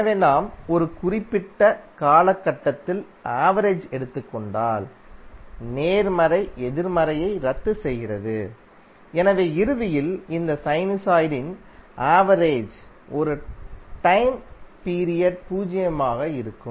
எனவே நாம் ஒரு குறிப்பிட்ட காலகட்டத்தில் ஆவரேஜ் எடுத்துக் கொண்டால் நேர்மறை எதிர்மறையை ரத்து செய்கிறது எனவே இறுதியில் இந்த சைனுசாய்டின் ஆவரேஜ் ஒரு டைம் பீரியட்டில் பூஜ்ஜியமாக இருக்கும்